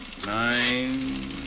Nine